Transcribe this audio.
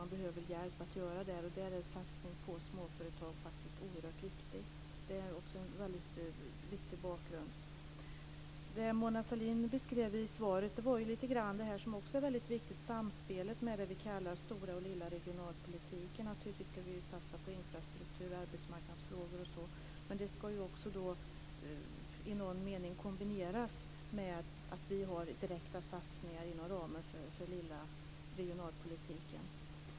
De behöver hjälp att göra det. Där är satsning på småföretag oerhört viktigt. Det är bakgrunden. Mona Sahlin beskrev i svaret samspelet mellan det vi kallar stora och lilla regionalpolitiken, som också är väldigt viktigt. Naturligtvis ska vi satsa på infrastruktur, arbetsmarknadsfrågor och liknande. Men det ska i någon mening kombineras med att vi har direkta satsningar inom ramen för lilla regionalpolitiken.